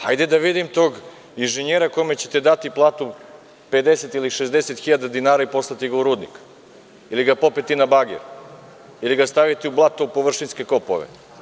Hajde da vidim tog inženjera kome ćete dati platu 50 ili 60 hiljada dinara i poslati ga u rudnik ili ga popeti na bager ili ga staviti u blato u površinske kopove.